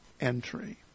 entry